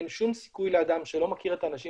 אין שום סיכוי לאדם שלא מכיר את האנשים